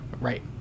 Right